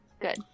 good